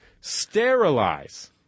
Sterilize